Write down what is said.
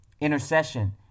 intercession